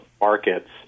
markets